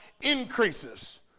increases